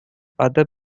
other